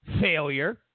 failure